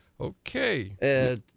okay